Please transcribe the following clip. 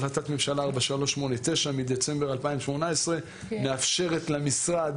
החלטת ממשלה 4389 מדצמבר 2018 מאפשרת למשרד